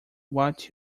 what